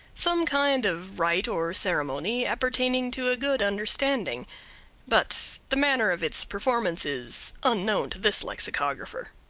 some kind of rite or ceremony appertaining to a good understanding but the manner of its performance is unknown to this lexicographer.